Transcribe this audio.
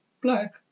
Black